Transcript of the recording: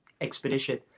expedition